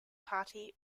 party